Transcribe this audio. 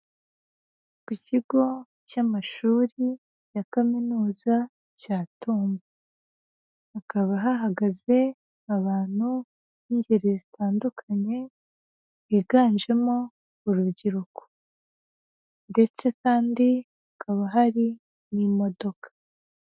Ku kigo cy'amashuri ya kaminuza cya Tumba, hakaba hahagaze abantu b'ingeri zitandukanye, biganjemo urubyiruko ndetse kandi hakaba hari n'imodoka.